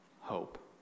hope